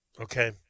Okay